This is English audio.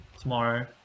Tomorrow